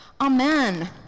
Amen